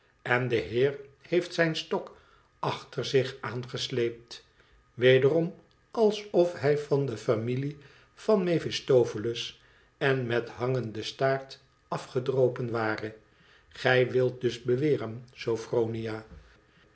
en de heer heeft zijn stok achter zich aangesleept wederom alsof hij van de familie van mephistopheles en met hangenden staart afgedropen ware gij wilt dus beweren sophronia